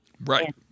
Right